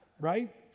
Right